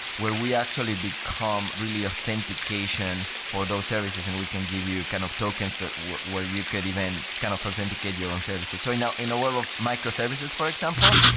where we actually become really authentication for those services and we can give you kind of tokens where you could even kind of authenticate your own services. so you know in a world of microservices, for example,